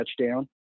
touchdown